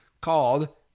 called